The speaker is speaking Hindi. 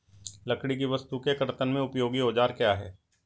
लकड़ी की वस्तु के कर्तन में उपयोगी औजार क्या हैं?